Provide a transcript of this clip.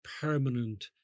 permanent